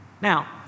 Now